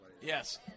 Yes